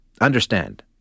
understand